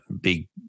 big